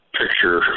picture